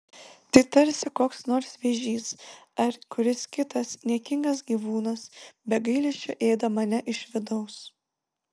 tai tarsi koks nors vėžys ar kuris kitas niekingas gyvūnas be gailesčio ėda mane iš vidaus